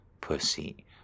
pussy